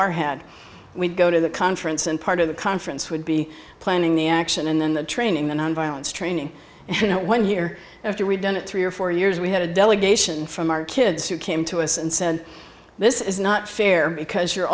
or had we'd go to the conference and part of the conference would be planning the action and then the training the nonviolence training and one year after we'd done it three or four years we had a delegation from our kids who came to us and said this is not fair because you're